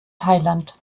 thailand